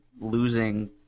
losing